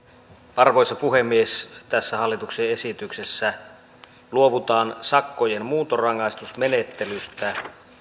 arvoisa puhemies tässä hallituksen esityksessä luovutaan sakkojen muuntorangaistusmenettelystä